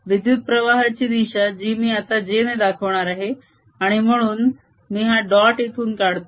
विद्युत प्रवाहाची दिशा जी मी आता j ने दाखवणार आहे आणि म्हणून मी हा डॉट इथून काढतो